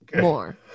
more